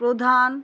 প্রধান